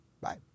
Bye